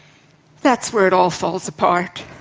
that's where it all falls apart.